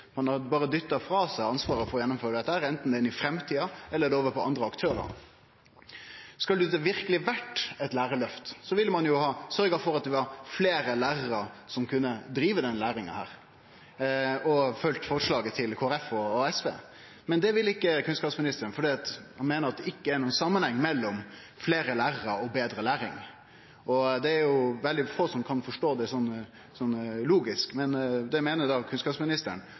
ein lærardytt – ein har berre dytta frå seg ansvaret for å gjennomføre dette, anten det er inn i framtida eller det er over på andre aktørar. Skulle dette verkeleg ha vore eit lærarløft, ville ein ha sørgt for at det var fleire lærarar som kunne drive denne læringa og følgt forslaget til Kristeleg Folkeparti og SV. Men det vil ikkje kunnskapsministeren, for han meiner det ikkje er nokon samanheng mellom fleire lærarar og betre læring. Det er veldig få som kan forstå det som logisk, men det meiner da kunnskapsministeren.